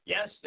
Yes